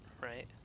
Right